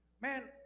Man